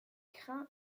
crin